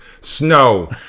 snow